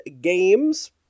games